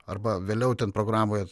arba vėliau ten programoje